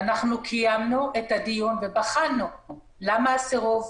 קיימנו את הדיון ובחנו למה הסירוב,